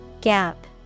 Gap